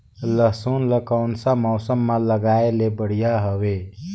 लसुन ला कोन सा मौसम मां लगाय ले बढ़िया हवे?